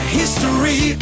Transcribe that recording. history